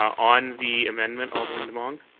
on the amendment, alderman demong?